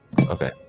okay